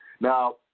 Now